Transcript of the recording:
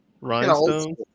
Rhinestone